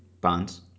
Bonds